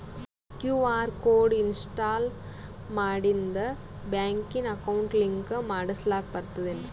QR code install ಮಾಡಿಂದ ಬ್ಯಾಂಕಿನ account link ಮಾಡಸ್ಲಾಕ ಬರ್ತದೇನ್ರಿ